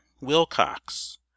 Wilcox